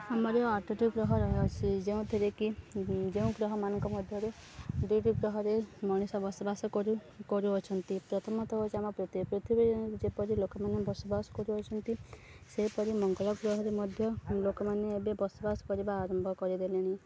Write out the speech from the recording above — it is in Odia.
ଆମର ଆଠଟି ଗ୍ରହ ରହିଅଛି ଯେଉଁଥିରେ କିି ଯେଉଁ ଗ୍ରହମାନଙ୍କ ମଧ୍ୟରୁ ଦୁଇଟି ଗ୍ରହରେ ମଣିଷ ବସବାସ କରୁ କରୁଅଛନ୍ତି ପ୍ରଥମତଃ ହେଉଛି ଆମ ପୃଥିବୀ ପୃଥିବୀ ଯେପରି ଲୋକମାନେ ବସବାସ କରୁଅଛନ୍ତି ସେହିପରି ମଙ୍ଗଳ ଗ୍ରହରେ ମଧ୍ୟ ଲୋକମାନେ ଏବେ ବସବାସ କରିବା ଆରମ୍ଭ କରିଦେଲେଣି